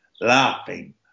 laughing